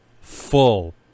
full